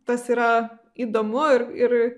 tas yra įdomu ir ir